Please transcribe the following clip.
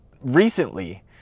recently